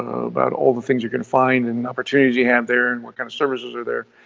about all the things you're going to find and opportunities you have there, and what kind of services are there.